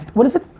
what is it?